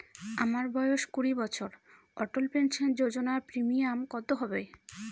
আমার বয়স কুড়ি বছর অটল পেনসন যোজনার প্রিমিয়াম কত হবে?